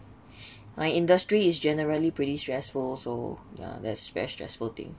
my industry is generally pretty stressful also ya that's very stressful thing